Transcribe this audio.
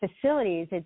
Facilities